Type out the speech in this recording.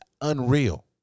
unreal